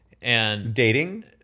Dating